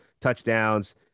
touchdowns